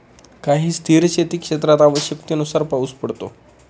काही स्थिर शेतीक्षेत्रात आवश्यकतेनुसार पाऊस पडतो